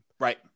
Right